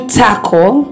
tackle